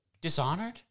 Dishonored